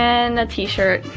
and tee-shirt,